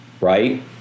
right